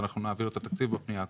אנחנו נעביר את התקציב בפנייה הקרובה.